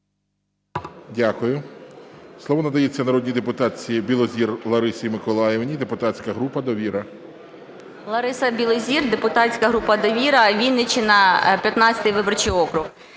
Дякую. Слово надається народній депутатці Білозір Ларисі Миколаївні, депутатська група "Довіра". 15:42:21 БІЛОЗІР Л.М. Лариса Білозір, депутатська група "Довіра", Вінниччина, 15 виборчий округ.